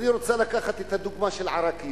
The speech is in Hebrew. הדוגמה של עראקיב.